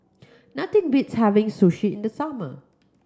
nothing beats having Sushi in the summer